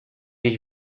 jeść